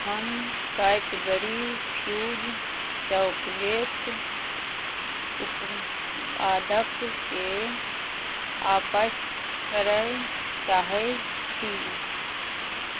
हम Cadbury Fuse chocolate उपादकके आपस करय चाहैत छी